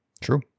True